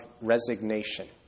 resignation